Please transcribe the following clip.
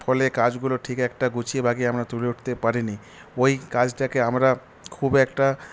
ফলে কাজগুলো ঠিক একটা গুছিয়ে বাগিয়ে তুলে উঠতে পারিনি ওই কাজটাকে আমরা খুব একটা